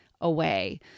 away